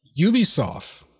Ubisoft